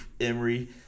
Emery